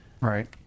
Right